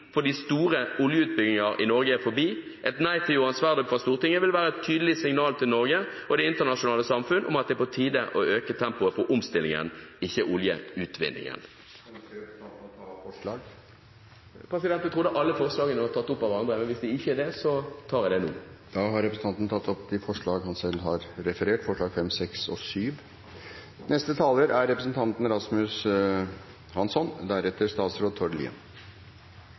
for de store oljeutbygginger i Norge er forbi. Et nei til Johan Sverdrup fra Stortinget ville vært et tydelig signal til Norge og det internasjonale samfunn om at det er på tide å øke tempoet på omstillingen, ikke oljeutvinningen. Ønsker representanten å ta opp forslag? Jeg trodde alle forslagene var tatt opp av andre, men hvis det er noen som ikke er det, så gjør jeg det nå. Da har representanten Heikki Eidsvoll Holmås tatt opp forslagene nr. 5, 6 og 7, som Sosialistisk Venstreparti og Miljøpartiet De